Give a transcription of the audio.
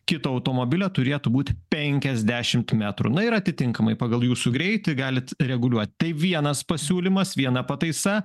kito automobilio turėtų būti penkiasdešimt metrų na ir atitinkamai pagal jūsų greitį galit reguliuot tai vienas pasiūlymas viena pataisa